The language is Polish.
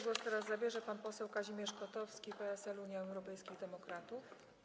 Głos teraz zabierze pan poseł Kazimierz Kotowski, PSL - Unia Europejskich Demokratów.